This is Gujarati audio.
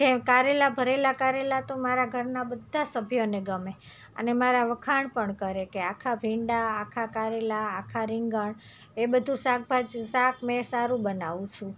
કારેલા ભરેલા કારેલા તો મારા ઘરના બધા સભ્યને ગમે અને મારા વખાણ પણ કરે કે આખા ભીંડા આખાં કારેલા આખાં રીંગણ એ બધું સાક મે સારું બનાવું છું